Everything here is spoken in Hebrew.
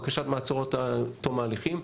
בקשת מעצר עד תום ההליכים.